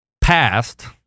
passed